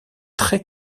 très